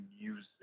music